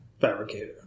fabricator